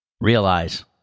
Realize